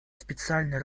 специальной